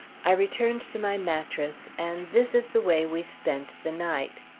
i returned to my mattress, and this is the way we spent the night.